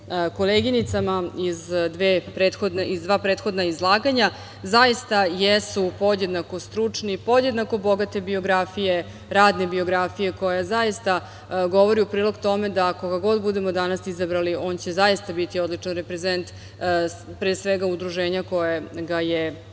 koleginicama iz dva prethodna izlaganja, zaista jesu podjednako stručni, podjednako bogate biografije, radne biografije koja zaista govori u prilog tome da koga god budemo izabrali, on će zaista biti odličan reprezent pre svega udruženja koje ga je